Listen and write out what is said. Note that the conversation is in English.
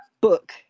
book